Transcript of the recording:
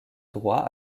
droit